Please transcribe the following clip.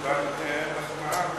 קיבלת מחמאה מהיושב-ראש.